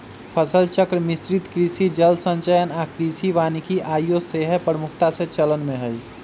फसल चक्र, मिश्रित कृषि, जल संचयन आऽ कृषि वानिकी आइयो सेहय प्रमुखता से चलन में हइ